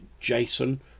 Jason